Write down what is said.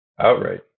outright